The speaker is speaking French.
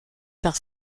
par